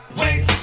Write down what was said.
wait